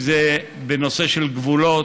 אם זה בנושא של גבולות,